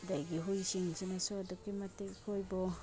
ꯑꯗꯒꯤ ꯍꯨꯏꯁꯤꯡꯁꯤꯅꯁꯨ ꯑꯗꯨꯛꯀꯤ ꯃꯇꯤꯛ ꯑꯩꯈꯣꯏꯕꯨ